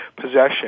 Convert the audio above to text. possession